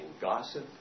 gossip